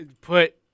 put